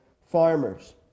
farmers